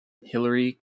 Hillary